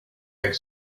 eggs